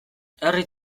herri